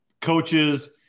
coaches